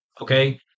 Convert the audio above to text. Okay